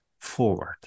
forward